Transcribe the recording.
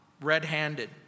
red-handed